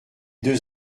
deux